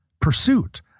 pursuit